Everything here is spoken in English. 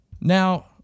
Now